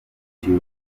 biciwe